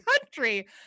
country